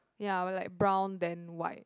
ya when like brown then white